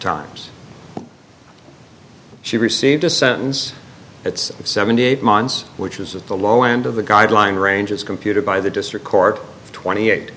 times she received a sentence that's seventy eight months which is at the low end of the guideline range is computed by the district court twenty eight